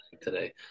today